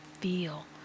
feel